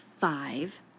five